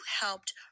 helped